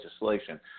legislation